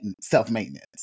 self-maintenance